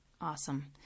Awesome